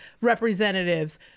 representatives